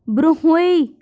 برٛۄنٛہٕے